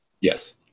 Yes